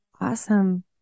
Awesome